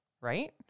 right